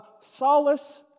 solace